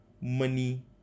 money